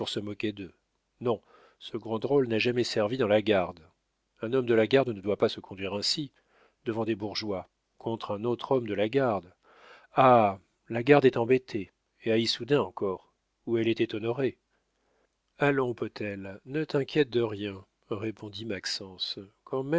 se moquer d'eux non ce grand drôle n'a jamais servi dans la garde un homme de la garde ne doit pas se conduire ainsi devant des bourgeois contre un autre homme de la garde ah la garde est embêtée et à issoudun encore où elle était honorée allons potel ne t'inquiète de rien répondit